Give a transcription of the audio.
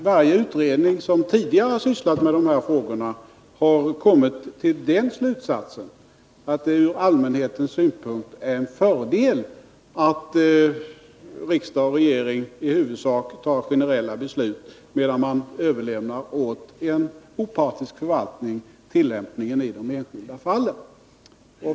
Varje utredning som tidigare har sysslat med dessa frågor har kommit till den slutsatsen, att det från allmänhetens synpunkt är en fördel att riksdag och regering i huvudsak fattar generella beslut, medan man överlämnar tillämpningen i de enskilda fallen åt en opartisk förvaltning.